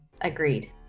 Agreed